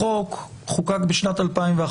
החוק חוקק בשנת 2011,